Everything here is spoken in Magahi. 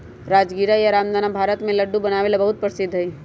राजगीरा या रामदाना भारत में लड्डू बनावे ला बहुत प्रसिद्ध हई